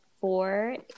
four